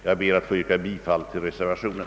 Jag ber att få yrka bifall till reservationen.